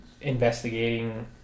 investigating